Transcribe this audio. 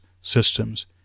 systems